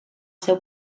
seu